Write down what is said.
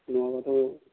नङाबाथ'